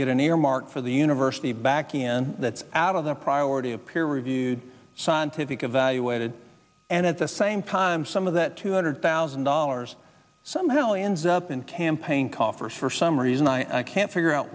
get an earmark for the university back in that's out of the priority of peer reviewed scientific a valuated and at the same time some of that two hundred thousand dollars somehow ends up in campaign coffers for some reason i can't figure out